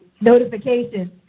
notifications